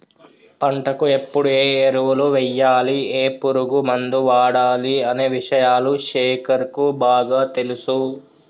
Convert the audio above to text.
పంటకు ఎప్పుడు ఏ ఎరువులు వేయాలి ఏ పురుగు మందు వాడాలి అనే విషయాలు శేఖర్ కు బాగా తెలుసు